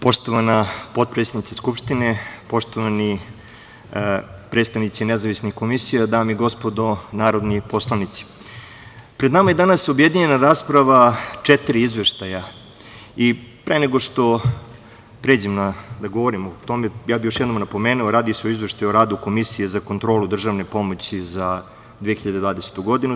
Poštovana potpredsednice Skupštine, poštovani predstavnici nezavisnih komisija, dame i gospodo narodni poslanici, pred nama je danas objedinjena rasprava četiri izveštaja i pre nego što pređem da govorim o tome, ja bih još jednom napomenuo da se radi o izveštaju o radu Komisije za kontrolu državne pomoći za 2020. godine.